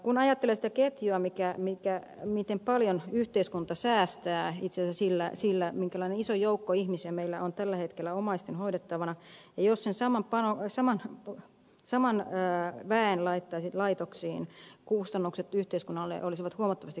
kun ajattelee sitä ketjua miten paljon yhteiskunta säästää itse asiassa sillä minkälainen iso joukko ihmisiä meillä on tällä hetkellä omaisten hoidettavana niin jos sen saman väen laittaisi laitoksiin kustannukset yhteiskunnalle olisivat huomattavasti korkeampia